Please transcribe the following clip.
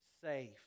safe